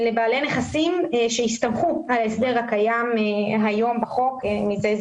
נכסים שהסתמכו על ההסדר הקיים היום בחוק.